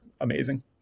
amazing